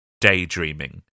Daydreaming